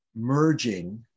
merging